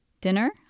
Dinner